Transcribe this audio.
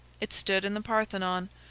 it stood in the parthenon,